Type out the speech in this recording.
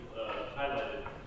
highlighted